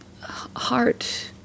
heart